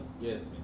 Yes